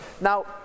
Now